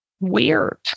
weird